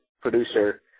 producer